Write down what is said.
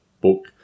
book